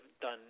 done